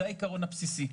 זה העיקרון הבסיסי.